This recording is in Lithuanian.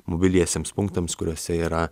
mobiliesiems punktams kuriuose yra